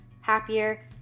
happier